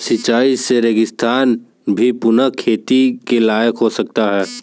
सिंचाई से रेगिस्तान भी पुनः खेती के लायक हो सकता है